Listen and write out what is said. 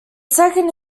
second